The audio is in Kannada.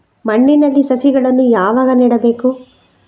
ಮಣ್ಣಿನಲ್ಲಿ ಸಸಿಗಳನ್ನು ಯಾವಾಗ ನೆಡಬೇಕು?